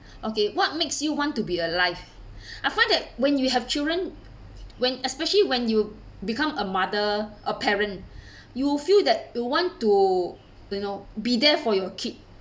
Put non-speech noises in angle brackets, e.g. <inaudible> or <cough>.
okay what makes you want to be alive <breath> I find that when you have children when especially when you become a mother a parent <breath> you will feel that you want to you know be there for your kid